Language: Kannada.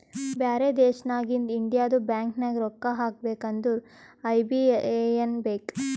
ಬ್ಯಾರೆ ದೇಶನಾಗಿಂದ್ ಇಂಡಿಯದು ಬ್ಯಾಂಕ್ ನಾಗ್ ರೊಕ್ಕಾ ಹಾಕಬೇಕ್ ಅಂದುರ್ ಐ.ಬಿ.ಎ.ಎನ್ ಬೇಕ್